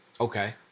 Okay